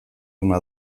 ona